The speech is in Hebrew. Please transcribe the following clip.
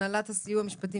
הנהלת הסיוע המשפטי,